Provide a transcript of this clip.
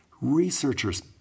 Researchers